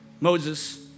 Moses